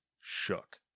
shook